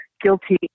guilty